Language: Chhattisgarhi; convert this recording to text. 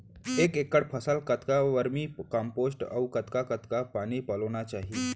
एक एकड़ फसल कतका वर्मीकम्पोस्ट अऊ कतका कतका पानी पलोना चाही?